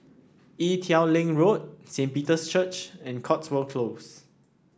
Ee Teow Leng Road Saint Peter's Church and Cotswold Close